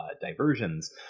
diversions